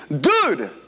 dude